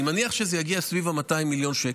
אני מניח שזה יגיע סביב 200 מיליון שקל.